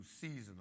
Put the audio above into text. seasonal